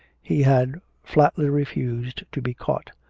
he had flatly refused to be caught,